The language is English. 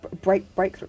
Breakthrough